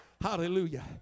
Hallelujah